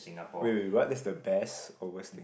wait wait what is the best or worst thing